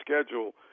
schedule